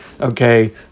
Okay